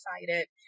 excited